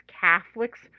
Catholics